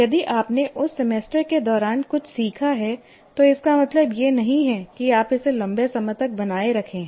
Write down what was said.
यदि आपने उस सेमेस्टर के दौरान कुछ सीखा है तो इसका मतलब यह नहीं है कि आप इसे लंबे समय तक बनाए रख रहे हैं